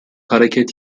hareket